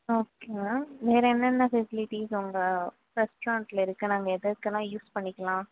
okay ma'am வேற என்னென்ன facilities உங்கள் ரெஸ்டாரண்ட்டில் இருக்கு நாங்கள் எதற்கெல்லாம் யூஸ் பண்ணிக்கலாம்